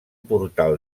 portal